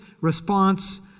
response